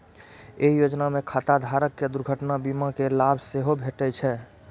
एहि योजना मे खाता धारक कें दुर्घटना बीमा के लाभ सेहो भेटै छै